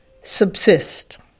subsist